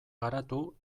garatu